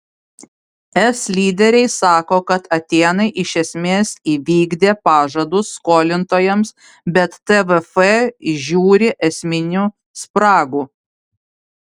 es lyderiai sako kad atėnai iš esmės įvykdė pažadus skolintojams bet tvf įžiūri esminių spragų